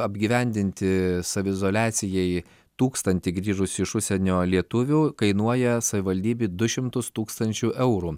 apgyvendinti saviizoliacijai tūkstantį grįžusių iš užsienio lietuvių kainuoja savivaldybei du šimtus tūkstančių eurų